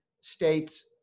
states